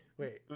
Wait